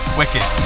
wicked